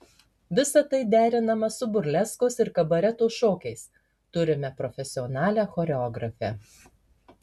visa tai derinama su burleskos ir kabareto šokiais turime profesionalią choreografę